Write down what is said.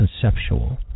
conceptual